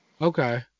Okay